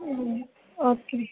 okay